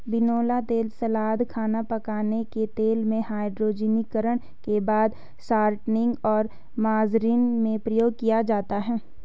बिनौला तेल सलाद, खाना पकाने के तेल में, हाइड्रोजनीकरण के बाद शॉर्टनिंग और मार्जरीन में प्रयोग किया जाता है